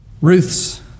Ruth's